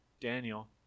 Daniel